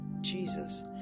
Jesus